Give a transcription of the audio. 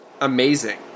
Amazing